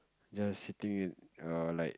just sitting err like